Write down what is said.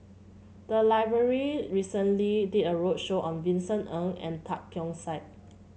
the library recently did a roadshow on Vincent Ng and Tan Keong Saik